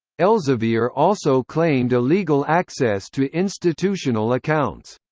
elsevier also claimed illegal access to institutional accounts.